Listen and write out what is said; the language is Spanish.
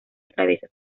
atraviesa